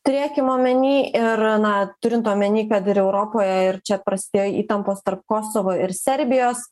turėkim omeny ir na turint omeny kad ir europoje ir čia prasidėjo įtampos tarp kosovo ir serbijos